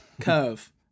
curve